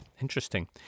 Interesting